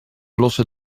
lossen